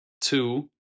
two